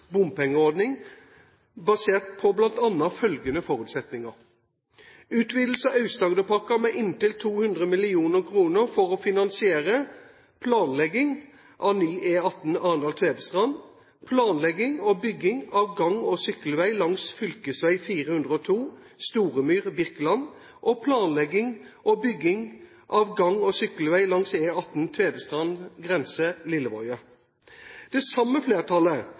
bompengeordning basert på bl.a. følgende forutsetninger: Utvidelse av Aust-Agderpakken med inntil 200 mill. kr for å finansiere planlegging av ny E18 Arendal–Tvedestrand, planlegging og bygging av gang- og sykkelvei langs fylkesvei 402 Storemyr–Birkeland, og planlegging og bygging av gang- og sykkelvei langs E18 Tvedestrand grense–Lillevåje. Det samme flertallet